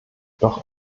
doch